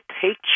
take